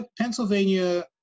Pennsylvania